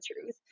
truth